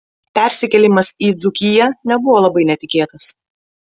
persikėlimas į dzūkiją nebuvo labai netikėtas